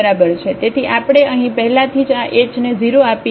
તેથી આપણે અહીં પહેલાથી જ આ h ને 0 આપીએ